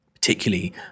particularly